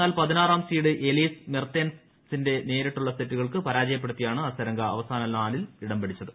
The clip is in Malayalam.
എന്നാൽ പതിനാറാം സ്റ്റ്സ്ട് എലീസ് മെർത്തേൻസിനെ നേരിട്ടുള്ള സെറ്റുകൾക്ക് പരാജ്യ്പ്പെടുത്തിയാണ് അസരങ്ക അവസാന നാലിൽ ഇടംപിടിച്ചത്